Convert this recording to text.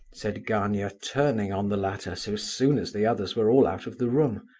said gania, turning on the latter so soon as the others were all out of the room.